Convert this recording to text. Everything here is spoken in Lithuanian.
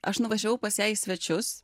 aš nuvažiavau pas ją į svečius